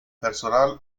personal